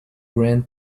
grand